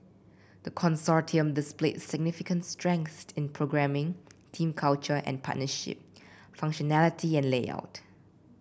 the consortium displayed significant strengths in programming team culture and partnership functionality and layout